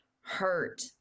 hurt